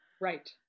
Right